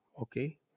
Okay